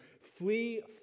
flee